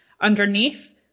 underneath